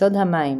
יסוד המים